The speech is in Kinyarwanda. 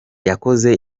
yakoze